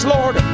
Lord